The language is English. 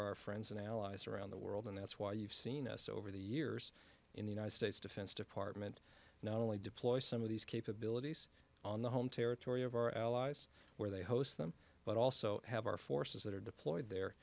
our friends and allies around the world and that's why you've seen us over the years in the united states defense department not only deploy some of these capabilities on the home territory of our allies where they host them but also have our forces that are deployed there